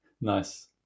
Nice